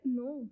no